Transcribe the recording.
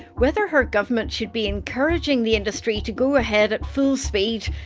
whether her government should be encouraging the industry to go ahead at full speed,